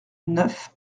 neuf